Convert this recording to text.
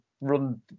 run